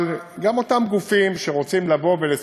אבל גם אותם גופים חוץ-ממשלתיים